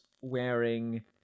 wearing